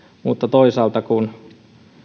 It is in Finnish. mutta toisaalta kun